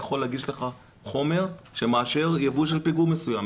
יכול להגיש לך חומר שמאשר יבוא של פיגום מסוים,